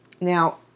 Now